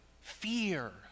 Fear